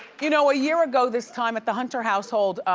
you know, a year ago this time at the hunter household,